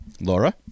Laura